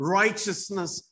righteousness